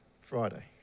Friday